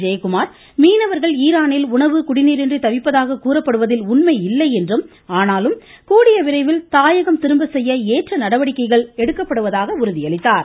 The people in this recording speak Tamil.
ஜெயக்குமாா் மீனவா்கள் ஈரானில் உணவு குடிநீா இன்றி தவிப்பதாக கூறப்படுவதில் உண்மை இல்லை என்றும் ஆனாலும் கூடிய விரைவில் தாயகம் திரும்பசெய்ய ஏற்ற நடவடிக்கைகள் எடுக்கப்படுவதாகவும் கூறினார்